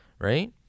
right